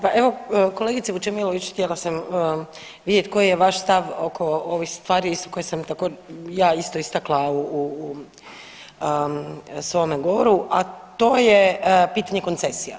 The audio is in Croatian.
Pa evo kolegice Vučemilović htjela sam vidjeti koji je vaš stav oko ovih stvari koje sam ja istakla u svome govoru, a to je pitanje koncesija.